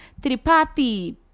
tripathi